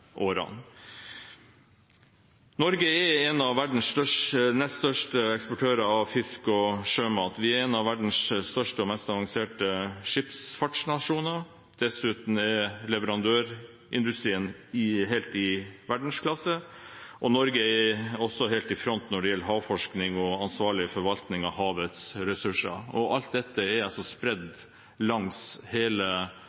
årene. Norge er en av verdens største eksportører av fisk og sjømat. Vi er en av verdens største og mest avanserte skipsfartsnasjoner, dessuten er leverandørindustrien helt i verdensklasse. Norge er også helt i front når det gjelder havforskning og ansvarlig forvaltning av havets ressurser. Alt dette er spredd